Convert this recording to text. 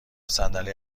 صندلی